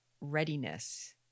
readiness